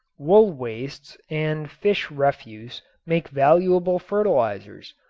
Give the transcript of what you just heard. wool wastes and fish refuse make valuable fertilizers,